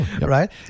right